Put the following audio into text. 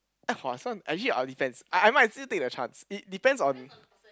have what this one actually I'll defense I I might still take the chance it depends on